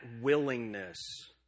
willingness